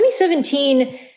2017